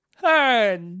hey